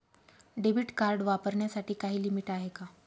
Debit card वापरण्यासाठी काही limit आहे का?